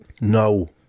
no